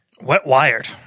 Wet-wired